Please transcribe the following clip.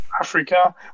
Africa